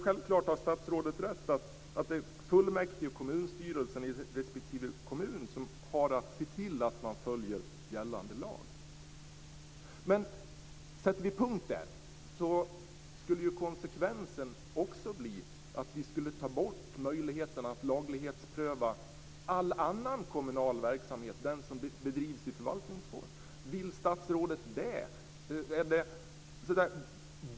Självklart har statsrådet rätt att det är fullmäktige och kommunstyrelse i respektive kommun som har att se till att man följer gällande lag. Men sätter vi punkt där skulle konsekvensen också bli att vi skulle ta bort möjligheten att laglighetspröva all annan kommunal verksamhet, den som bedrivs i förvaltningsform.